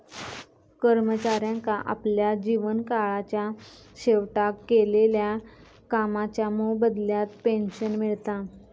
कर्मचाऱ्यांका आपल्या जीवन काळाच्या शेवटाक केलेल्या कामाच्या मोबदल्यात पेंशन मिळता